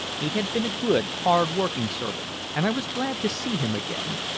he had been a good, hard-working servant, and i was glad to see him again.